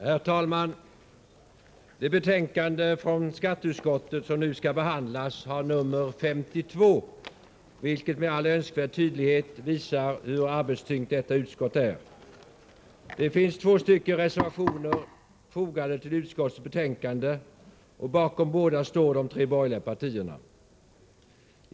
Herr talman! Det betänkande från skatteutskottet som nu skall behandlas har nummer 52, vilket med all önskvärd tydlighet visar hur arbetstyngt detta utskott är. Det finns två reservationer fogade till utskottets betänkande, och bakom båda står de tre borgerliga partierna.